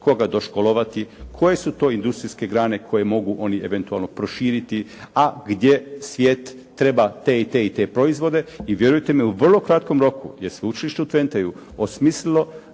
koga doškolovati, koje su to industrijske grane koje mogu oni eventualno oni proširiti, a gdje svijet treba te, te i te proizvode i vjerujte mi, u vrlo kratkom roku je sveučilište u Twenteu osmislilo